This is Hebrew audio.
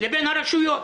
לבין הרשויות.